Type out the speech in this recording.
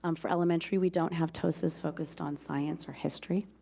um for elementary, we don't have tosas focused on science or history.